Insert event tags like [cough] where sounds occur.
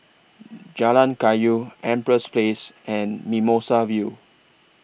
[noise] Jalan Kayu Empress Place and Mimosa View